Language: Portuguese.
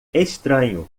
estranho